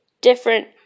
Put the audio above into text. different